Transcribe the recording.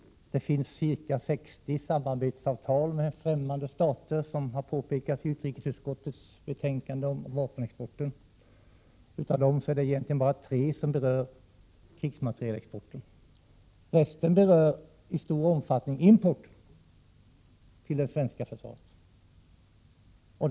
Det finns ca 60 samarbetsavtal med främmande stater, så som har påpekats i utrikesutskottets betänkande om vapenexport, och av dem är det egentligen bara tre som berör krigsmaterielexporten, medan resten i stor omfattning berör importen till det svenska försvaret.